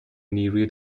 نیروی